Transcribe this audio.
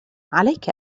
عليك